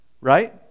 Right